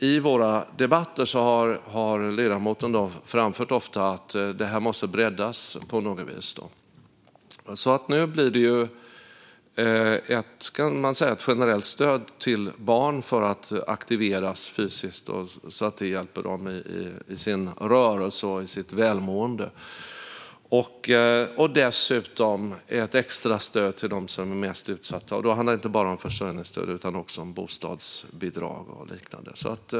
I våra debatter har Vasiliki ofta framfört att detta måste breddas på något vis, och nu blir det alltså ett generellt stöd till barn för att de ska aktiveras fysiskt och få hjälp med sin rörelse och sitt välmående. Dessutom är det ett extra stöd till dem som är mest utsatta, och då handlar det inte bara om försörjningsstöd utan också om bostadsbidrag och liknande.